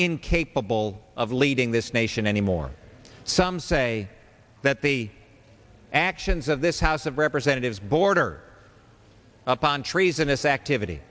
incapable of leading this nation anymore sums say that the actions of this house of representatives border upon treasonous activity